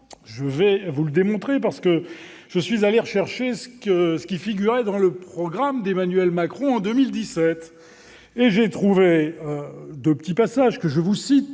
Je vais vous le démontrer. Je suis allé rechercher ce qui figurait dans le programme d'Emmanuel Macron en 2017, et j'y ai trouvé deux petits passages que je vous cite.